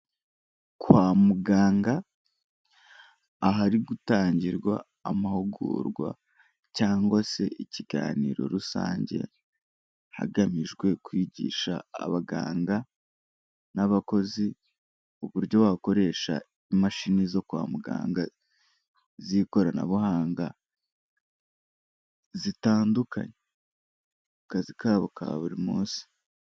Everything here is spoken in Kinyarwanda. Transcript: Kwa muganga, ahari gutangirwa amahugurwa cyangwa se ikiganiro rusange. Hagamijwe kwigisha abaganga n'abakozi uburyo bakoresha imashini zo kwa muganga z'ikoranabuhanga zitandukanye, ku kazi kabo ka buri munsi.